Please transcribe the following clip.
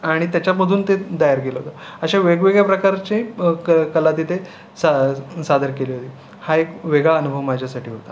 आणि त्याच्यामधून ते तयार केलं होतं अशा वेगवेगळ्या प्रकारचे क कला तिथे सा सादर केली होती हा एक वेगळा अनुभव माझ्यासाठी होता